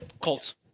Colts